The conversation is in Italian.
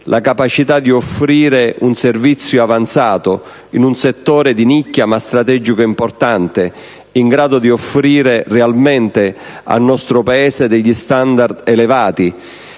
la capacità di offrire un servizio avanzato in un settore di nicchia ma strategico e importante, in grado di offrire realmente al nostro Paese degli standard elevati.